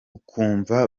ukumva